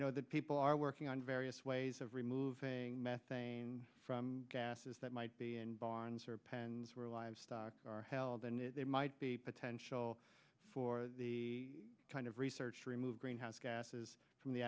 know that people are working on various ways of removing methane from gases that might be in barns or pens where livestock are held and they might be potential for the kind of research to remove greenhouse gases from the